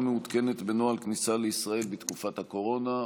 מעודכנת בנוהל הכניסה לישראל בתקופת הקורונה.